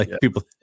people